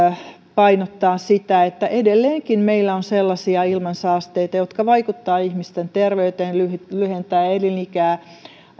painottavat sitä että edelleenkin meillä on sellaisia ilmansaasteita jotka vaikuttavat ihmisten terveyteen ja lyhentävät elinikää